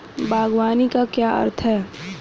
बागवानी का क्या अर्थ है?